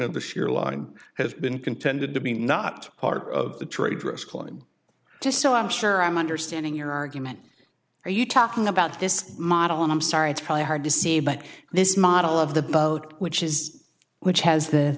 line has been contended to be not part of the trade for a school and just so i'm sure i'm understanding your argument are you talking about this model and i'm sorry it's probably hard to see but this model of the boat which is which has the